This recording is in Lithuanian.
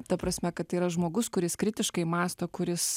ta prasme kad tai yra žmogus kuris kritiškai mąsto kuris